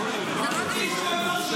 מישהו אמר שלא?